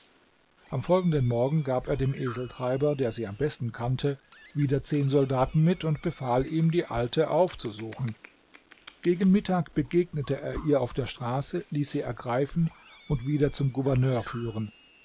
am folgenden morgen gab er dem eseltreiber der sie am besten kannte wieder zehn soldaten mit und befahl ihm die alte aufzusuchen gegen mittag begegnete er ihr auf der straße ließ sie ergreifen und wieder zum gouverneur führen